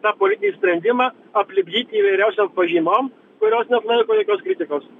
tą politinį sprendimą aplipdyti įvairiausiom pažymom kurios neatlaiko jokios kritikos